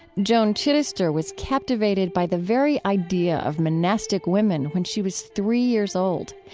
joan chittister was captivated by the very idea of monastic women when she was three years old.